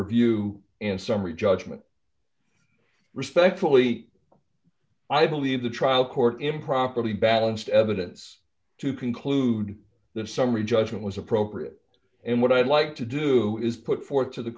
review and summary judgment respectfully i believe the trial court improperly balanced evidence to conclude the summary judgment was appropriate and what i'd like to do is put forth to the